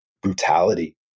brutality